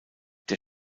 der